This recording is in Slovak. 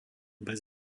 bez